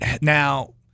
Now